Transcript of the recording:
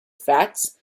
fats